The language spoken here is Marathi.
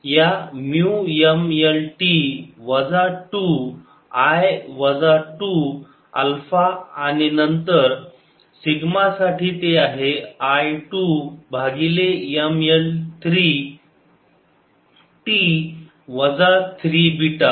या म्यु M L T वजा 2 I वजा 2 अल्फा आणि नंतर सिग्मा साठी ते आहे I 2 भागिले M L 3 T वजा 3 बीटा